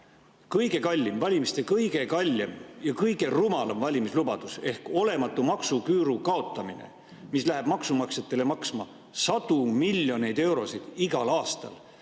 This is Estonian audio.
kõige kallim, valimiste kõige kallim ja kõige rumalam valimislubadus ehk olematu maksuküüru kaotamine, mis läheb maksumaksjatele maksma sadu miljoneid eurosid igal aastal,